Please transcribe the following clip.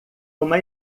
uma